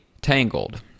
Tangled